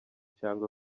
cyangwa